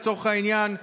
לצורך העניין,